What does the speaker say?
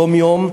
יום-יום,